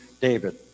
David